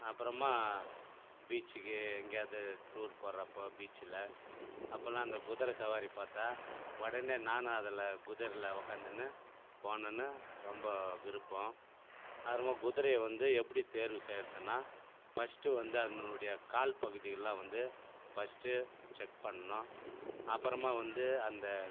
அப்புறமா பீச்சுக்கு எங்கேயாவது டூர் போகிறப்ப பீச்சில் அப்போல்லாம் அந்த குதுரை சவாரி பார்த்தா உடனே நானும் அதில் குதுரைல உக்காந்துன்னு போகணுன்னு ரொம்ப விருப்பம் ரொம்ப குதுரைய வந்து எப்படி தேர்வு செய்யறதுன்னால் ஃபர்ஸ்ட் வந்து அதனோடைய கால் பகுதியில்லாம் வந்து ஃபர்ஸ்ட் செக் பண்ணணும் அப்புறமா வந்து அந்த